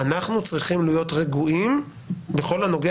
אנחנו צריכים להיות רגועים בכל הנוגע